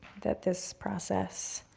that this process